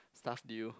stuff due